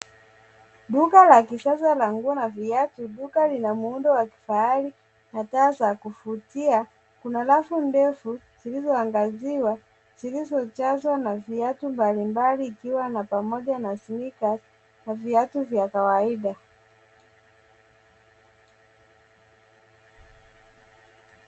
Duka la kisasa la nguo na viatu, duka lina muundo wa kifahari na taa za kuvutia. Kuna rafu nndefu zilizoangaziwa zilizojazwa na viatu mbalimbali ikiwa na pamoja na sneakers na viatu vya kawaida.